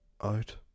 out